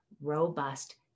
robust